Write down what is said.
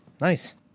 Nice